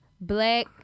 black